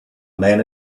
man